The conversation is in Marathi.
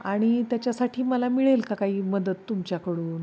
आणि त्याच्यासाठी मला मिळेल का काही मदत तुमच्याकडून